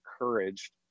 encouraged